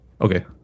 okay